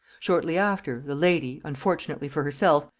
shortly after, the lady, unfortunately for herself,